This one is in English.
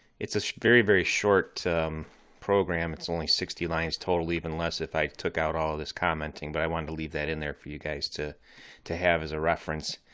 it's a very, very short program, it's only sixty lines total even less if i took out all this commenting, but i wanted to leave that in there for you guys to to have as a reference.